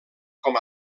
com